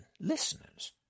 listeners